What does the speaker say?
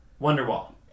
Wonderwall